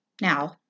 Now